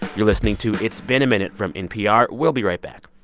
you're listening to it's been a minute from npr. we'll be right back